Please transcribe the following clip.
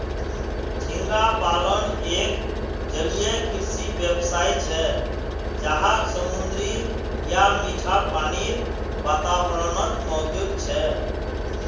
झींगा पालन एक जलीय कृषि व्यवसाय छे जहाक समुद्री या मीठा पानीर वातावरणत मौजूद छे